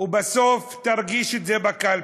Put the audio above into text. ובסוף תרגיש את זה בקלפי.